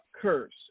curse